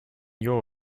your